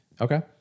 Okay